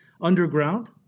underground